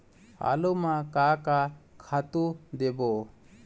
आलू म का का खातू देबो?